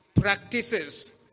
practices